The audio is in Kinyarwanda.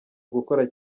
ugukora